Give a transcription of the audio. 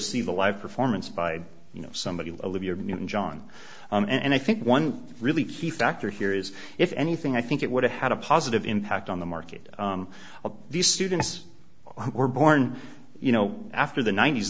see the live performance by you know somebody live your newton john and i think one really key factor here is if anything i think it would have had a positive impact on the market these students who were born you know after the ninet